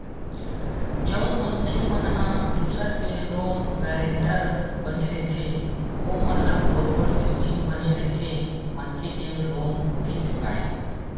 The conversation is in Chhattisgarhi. जउन मनखे मन ह दूसर के लोन गारेंटर बने रहिथे ओमन ल बरोबर जोखिम बने रहिथे मनखे के लोन नइ चुकाय म